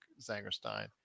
Zangerstein